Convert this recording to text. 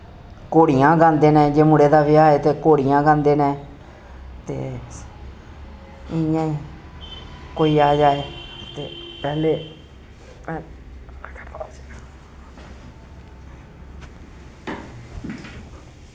घोड़ियां गांदे नै जे मुड़े दा ब्याह् होऐ घोड़ियां गांदे नै ते इ'यां ही कोई आए जाए ते पैह्ले